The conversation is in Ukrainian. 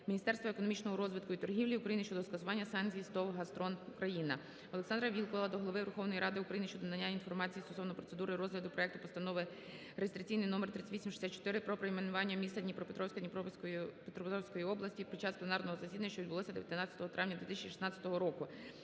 Міністерства економічного розвитку і торгівлі України щодо скасування санкцій з ТОВ "ГАЗТРОН-Україна". Олександра Вілкула до Голови Верховної Ради України щодо надання інформації стосовно процедури розгляду проекту Постанови реєстраційний номер 3864 про перейменування міста Дніпропетровська Дніпропетровської області під час пленарного засідання, що відбулося 19 травня 2016 року.